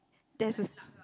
that is